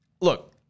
Look